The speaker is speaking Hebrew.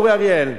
אורי אריאל,